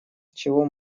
чего